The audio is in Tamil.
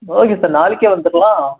ஓகே சார் நாளைக்கே வந்துடலாம்